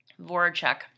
Voracek